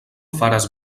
faras